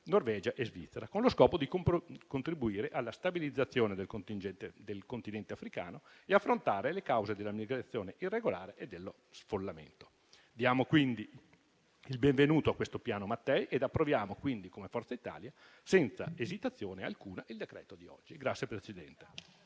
Norvegia e Svizzera, con lo scopo di contribuire alla stabilizzazione del continente africano e affrontare le cause della migrazione irregolare e dello sfollamento. Diamo quindi il benvenuto a questo Piano Mattei ed approviamo come Forza Italia, senza esitazione alcuna, il decreto di oggi.